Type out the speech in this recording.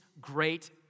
great